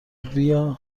بیا